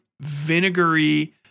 vinegary